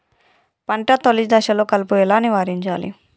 పంట తొలి దశలో కలుపు ఎలా నివారించాలి?